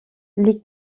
les